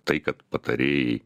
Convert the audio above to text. tai kad patarėjai